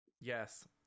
Yes